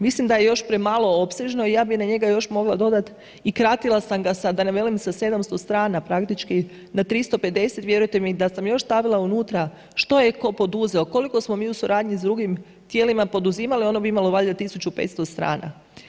Mislim da je još premalo opsežno i ja bih na njega još mogla dodati i kratila sam ga sa, da ne velim sa 700 strana praktički na 350 vjerujte mi, da sam još stavila unutra što je tko poduzeo, koliko smo mi u suradnji sa drugim tijelima poduzimali, ono bi imalo valjda 1500 strana.